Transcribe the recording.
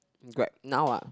Grab now ah